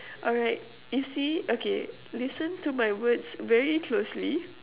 alright you see okay listen to my words very closely